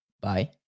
Bye